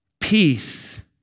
Peace